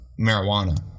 marijuana